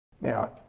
Now